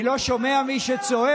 אני לא שומע מי שצועק,